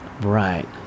right